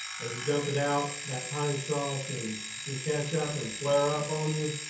as you dump it out that pine straw can can catch up and flare up on you.